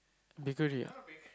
bakery ah